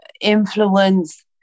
influence